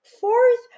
fourth